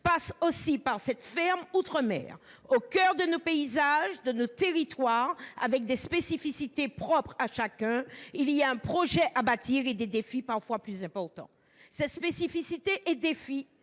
passe aussi par cette ferme outre mer. […] Au cœur de nos paysages, de nos territoires, avec des spécificités propres à chacun, il y a un projet à bâtir et des défis parfois plus importants ». Présente lors